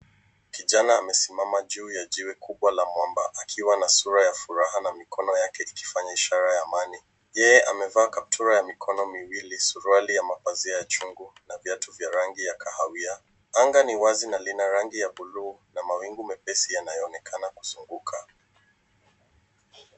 Kijana amesimama juu ya jiwe kubwa la mwamba akiwa na sura ya furaha na mikono yake ikifanya ishara ya amani. Yeye amevaa kaptura ya mikono miwili, suruali ya mavazi ya chungwa na viatu vya rangi ya kahawia. Anga ni wazi na lina rangi ya bluu na mawingu mepesi yanayoonekana kuzunguka.